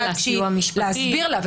להסביר לה,